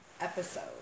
episode